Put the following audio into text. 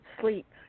sleep